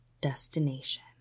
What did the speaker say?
destination